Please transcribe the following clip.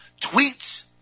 Tweets